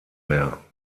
mehr